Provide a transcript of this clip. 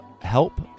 help